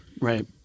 Right